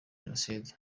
jenoside